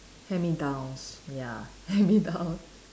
hand-me-downs ya hand-me-down